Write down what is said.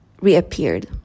reappeared